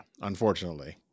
unfortunately